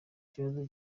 ikibazo